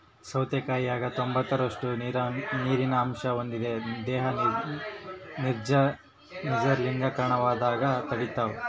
ಸೌತೆಕಾಯಾಗ ತೊಂಬತ್ತೈದರಷ್ಟು ನೀರಿನ ಅಂಶ ಹೊಂದಿದೆ ದೇಹ ನಿರ್ಜಲೀಕರಣವಾಗದಂಗ ತಡಿತಾದ